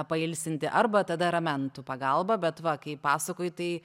pailsinti arba tada ramentų pagalba bet va kai pasakoji tai